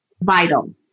vital